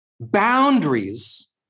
Boundaries